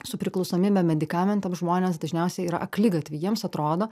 su priklausomybe medikamentam žmonės dažniausiai yra akligatvy jiems atrodo